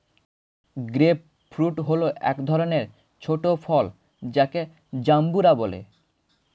grape fruit হল এক ধরনের ছোট ফল যাকে জাম্বুরা বলে